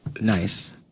Nice